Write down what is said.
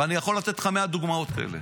ואני יכול לתת לך מאה דוגמאות כאלה,